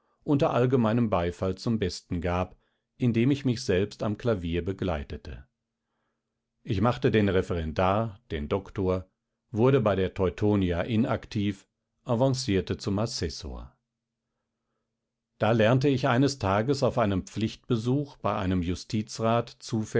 unter allgemeinem beifall zum besten gab indem ich mich selbst am klavier begleitete ich machte den referendar den doktor wurde bei der teutonia inaktiv avancierte zum assessor da lernte ich eines tages auf einem pflichtbesuch bei einem justizrat